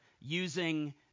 using